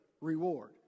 reward